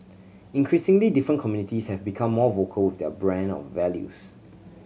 increasingly different communities have become more vocal with their brand of values